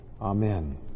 Amen